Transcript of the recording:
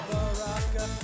Baraka